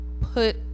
put